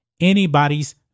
anybody's